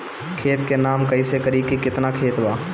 खेत के नाप कइसे करी की केतना खेत बा?